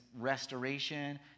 restoration